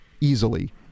Easily